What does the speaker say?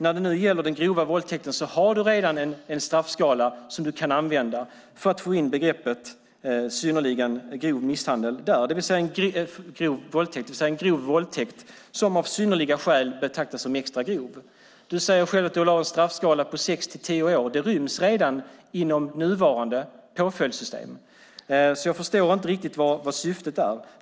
När det nu gäller den grova våldtäkten har den redan en straffskala som man kan använda för att få in begreppet synnerligen grov våldtäkt där, det vill säga en grov våldtäkt som av synnerliga skäl betraktas som extra grov. Kerstin Haglö säger själv att hon vill ha en straffskala på sex till tio år. Det ryms redan inom nuvarande påföljdssystem, så jag förstår inte riktigt vad syftet är.